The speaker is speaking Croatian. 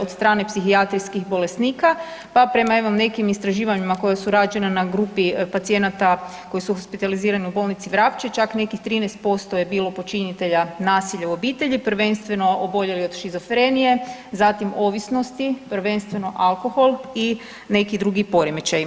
od strana psihijatrijskih bolesnika pa prema evo nekim istraživanjima koja su rađena na grupi pacijenata koji su specijalizirani u bolnici Vrapče čak nekih 13% je bilo počinitelja nasilja u obitelji, prvenstveno oboljeli od shizofrenije, zatim ovisnosti prvenstveno alkohol i neki drugi poremećaji.